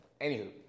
Anywho